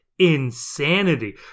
insanity